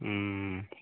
उम्